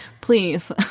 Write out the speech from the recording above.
Please